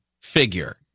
figure